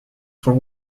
for